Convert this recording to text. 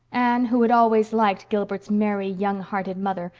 anne, who had always liked gilbert's merry, young-hearted mother,